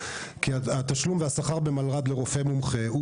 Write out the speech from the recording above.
כי התשלום והשכר במלר"ד לרופא מומחה הוא